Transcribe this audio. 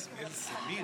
תודה,